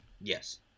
Yes